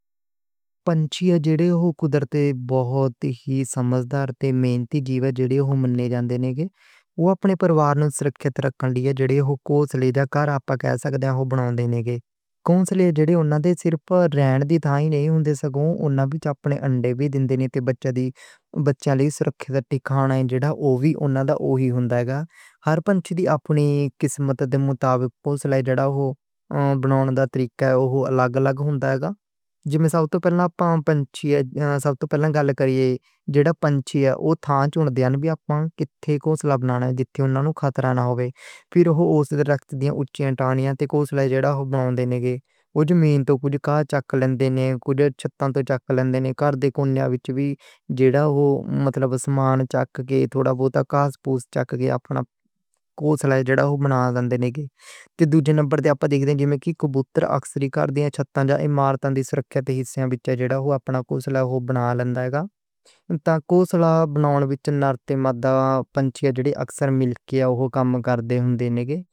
پنچی جڑے او قدرت تے بہت ہی سمجھدار تے محنتی جی نے، جڑے منّے جانے نے گے۔ اوہ اپنے پروار نوں سرکھیت رکھنے لئی جڑے کوسلے جا کے آپاں کہہ سکدے نے اوہ بناؤندے نے گے۔ کوسلے جڑے انّہاں دے صرف رہن دی تھاں نئیں ہوندے، سگوں انّہاں وچ اپنے انڈے وی دینے نے تے بچیاں لئی سرکھیت ٹھکانہ ہے جڑا اوہ وی انّہاں دا اوہی ہوندا ہے۔ ہر پنچی دی اپنی قسم تے مطابق کوسلا جڑا اوہ بناؤندے دا طریقہ اوہ الّگ الّگ ہوندا ہے۔ سب توں پہلاں اوہ تھاں چن دینے کتھے کوسلا بناؤنے نے جتھے انّہاں نوں خطرہ نہ ہووے۔ پھر اوہ رُکھ دیاں اُچیاں ٹہنیاں تے کوسلا جڑا اوہ بناؤنے دینے گے۔ کبوتر اکثر کار دیاں تھاواں تے اپنا کوسلا بناؤندے نے جتھے اوہ نوں سوکھا لگے۔ دا کوسل بنان وچ نر تے مادہ پشچیاں جڑے اکثر مل کے اوہ کم کردے نے گے۔